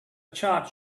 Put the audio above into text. chart